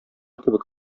кебек